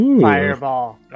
fireball